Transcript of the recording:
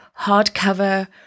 hardcover